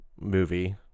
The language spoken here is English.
movie